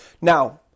Now